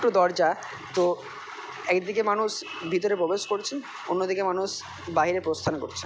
দুটো দরজা তো একদিকে মানুষ ভিতরে প্রবেশ করেছে অন্য দিকে মানুষ বাইরে প্রস্থান করছে